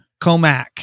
Comac